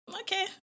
okay